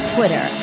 Twitter